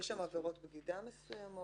יש שם עבירות בגידה מסוימות.